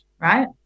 right